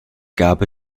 gab